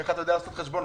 איך אתה יודע לעשות חשבון?